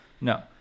No